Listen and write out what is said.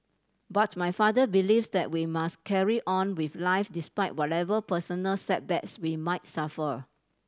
but my father believes that we must carry on with life despite whatever personal setbacks we might suffer